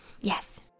Yes